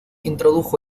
introdujo